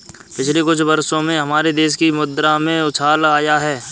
पिछले कुछ वर्षों में हमारे देश की मुद्रा में उछाल आया है